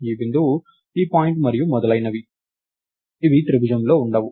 ఈ బిందువు ఈ పాయింట్ మరియు మొదలైనవి ఇవి త్రిభుజంలో ఉండవు